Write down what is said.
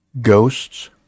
ghosts